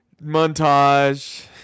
Montage